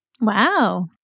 Wow